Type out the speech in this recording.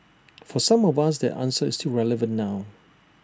for some of us that answer is still relevant now